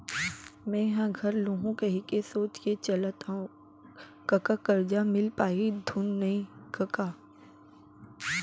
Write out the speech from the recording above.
मेंहा घर लुहूं कहिके सोच के चलत हँव कका करजा मिल पाही धुन नइ कका